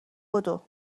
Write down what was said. بدو